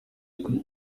kujya